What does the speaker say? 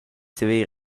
saver